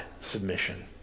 submission